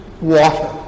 water